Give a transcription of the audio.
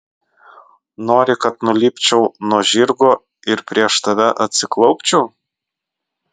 nori kad nulipčiau nuo žirgo ir prieš tave atsiklaupčiau